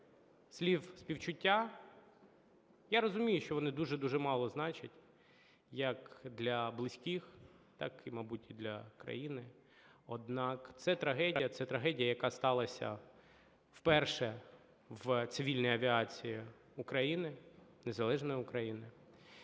слів співчуття. Я розумію, що вони дуже і дуже мало значать як для близьких, так, мабуть, і для країни. Однак це трагедія, це трагедія, яка сталася вперше в цивільній авіації України, незалежної України.